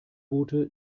boote